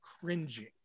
cringing